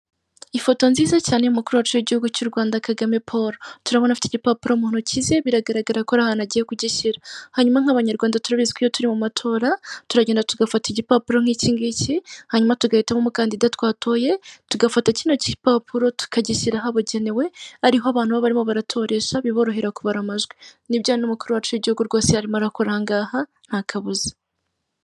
Ifoto nziza cyane y'umukuru wacu w'igihugu cy'u Rwanda Kagame polo. Turabona afite igipapuro mu ntoki ze biragaragara ko ari ahantu agiye kugishyira. Hanyuma nk'abanyarwanda turabizi iyo turi mu matora turagenda tugafata igipapuro nk'ikingiki, hanyuma tugahita umukandida twatoye, tugafata kino gipapuro tukagishyira ahabugenewe ariho abantu barimo baratoresha biborohera kubara amajwi. Nibyo n'umukuru wacu w'igihugu rwose arimo arakorera ahangaha nta kabuza.